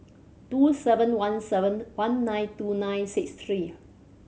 two seven one seven one nine two nine six three